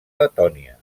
letònia